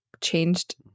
changed